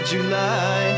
July